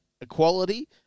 equality